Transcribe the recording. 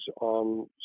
on